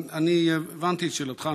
אני הבנתי את תשובתך.